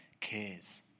cares